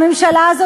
הממשלה הזאת,